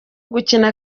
gukina